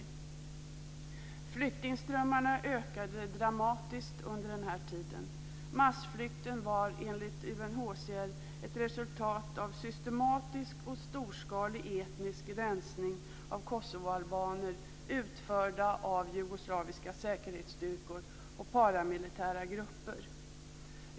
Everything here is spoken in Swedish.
Flyktingströmmarna ökade dramatiskt under den här tiden. Massflykten var enligt UNHCR ett resultat av systematisk och storskalig etnisk rensning av kosovoalbaner utförd av jugoslaviska säkerhetsstyrkor och paramilitära grupper.